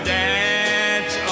dance